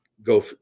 go